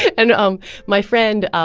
and um my friend, um